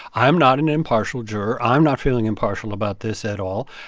i'm not an impartial juror, i'm not feeling impartial about this at all,